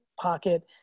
pocket